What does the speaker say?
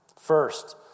First